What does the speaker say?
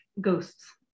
ghosts